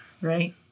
Right